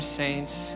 saints